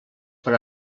per